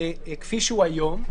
כפי שהוא היום,